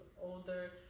older